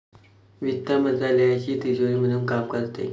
वित्त मंत्रालयाची तिजोरी म्हणून काम करते